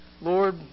Lord